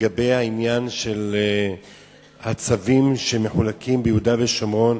לגבי העניין של הצווים שמחולקים ביהודה ושומרון,